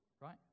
Right